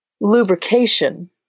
lubrication